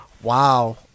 wow